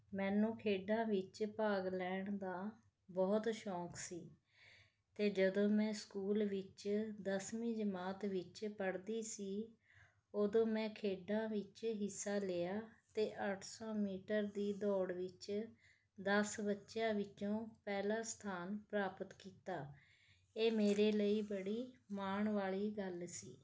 ਮੈਨੂੰ ਖੇਡਾਂ ਵਿੱਚ ਭਾਗ ਲੈਣ ਦਾ ਬਹੁਤ ਸ਼ੌਕ ਸੀ ਅਤੇ ਜਦੋਂ ਮੈਂ ਸਕੂਲ ਵਿੱਚ ਦਸਵੀਂ ਜਮਾਤ ਵਿੱਚ ਪੜ੍ਹਦੀ ਸੀ ਉਦੋਂ ਮੈਂ ਖੇਡਾਂ ਵਿੱਚ ਹਿੱਸਾ ਲਿਆ ਅਤੇ ਅੱਠ ਸੌ ਮੀਟਰ ਦੀ ਦੌੜ ਵਿੱਚ ਦਸ ਬੱਚਿਆਂ ਵਿੱਚੋਂ ਪਹਿਲਾ ਸਥਾਨ ਪ੍ਰਾਪਤ ਕੀਤਾ ਇਹ ਮੇਰੇ ਲਈ ਬੜੀ ਮਾਣ ਵਾਲ਼ੀ ਗੱਲ ਸੀ